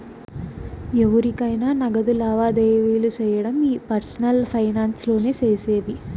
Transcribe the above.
ఎవురికైనా నగదు లావాదేవీలు సేయడం ఈ పర్సనల్ ఫైనాన్స్ లోనే సేసేది